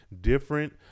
different